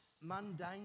mundane